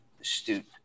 astute